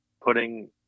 Putting